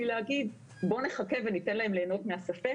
להגיד בואו נחכה וניתן להם ליהנות מהספק.